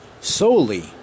solely